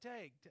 take